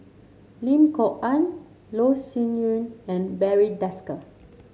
Lim Kok Ann Loh Sin Yun and Barry Desker